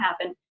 happen